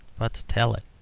but to tell it.